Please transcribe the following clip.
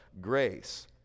grace